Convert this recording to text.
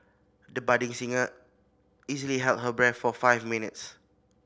the budding singer easily held her breath for five minutes